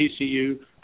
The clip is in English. TCU